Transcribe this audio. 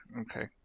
Okay